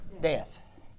Death